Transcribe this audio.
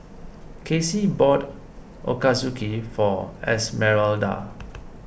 Kacey bought Ochazuke for Esmeralda